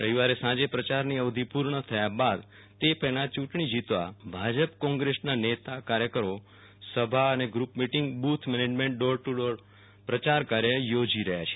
રવિવારે સાંજે પ્રયારની અવધિ પુર્ણ થાય તે પહેલા યું ટણી જીતવા ભાજપ કોંગ્રેસના નેતા કાર્યકરો સભા group meeting booth management door to door પ્રયાર કાર્ય યોજી રહ્યા છે